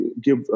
give